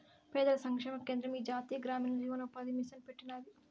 పేదల సంక్షేమ కేంద్రం ఈ జాతీయ గ్రామీణ జీవనోపాది మిసన్ పెట్టినాది